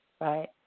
right